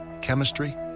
Chemistry